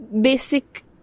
basic